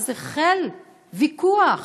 ואז החל ויכוח,